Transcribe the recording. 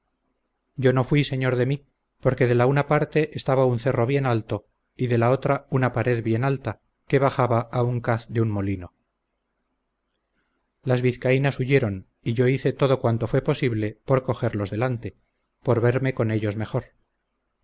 yo no fuí señor de mí porque de la una parte estaba un cerro bien alto y de la otra una pared bien alta que bajaba a un caz de un molino las vizcaínas huyeron y yo hice todo cuanto fue posible por cogerlos delante por verme con ellos mejor